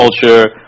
culture